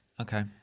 Okay